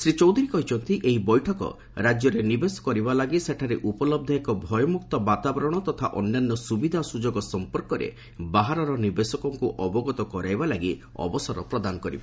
ଶ୍ରୀ ଚୌଧୁରୀ ପୁଣି କହିଚ୍ଚନ୍ତି ଏହି ବୈଠକ ରାଜ୍ୟରେ ନିବେଶ କରିବା ଲାଗି ସେଠାରେ ଉପଲବ୍ଧ ଏକ ଭୟମୁକ୍ତ ବାତାବରଣ ତଥା ଅନ୍ୟାନ୍ୟ ସୁବିଧା ସୁଯୋଗ ସଫପର୍କରେ ବାହାରର ନିବେଶକଙ୍କୁ ଅବଗତ କରାଇବା ଲାଗି ଅବସର ପ୍ରଦାନ କରିବ